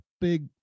big